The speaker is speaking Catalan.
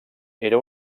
era